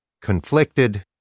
conflicted